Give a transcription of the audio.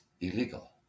illegal